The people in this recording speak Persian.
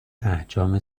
احجام